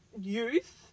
youth